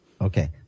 Okay